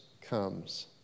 comes